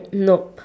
nope